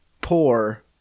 poor